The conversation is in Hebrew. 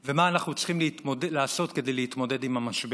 ומה אנחנו צריכים לעשות כדי להתמודד עם המשבר?